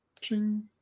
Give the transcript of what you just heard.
Ching